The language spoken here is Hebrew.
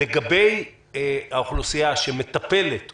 לגבי האוכלוסייה שמטפלת בקשישים,